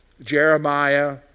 Jeremiah